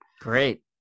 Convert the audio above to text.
Great